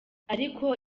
ariko